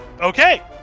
okay